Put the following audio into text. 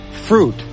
fruit